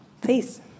Please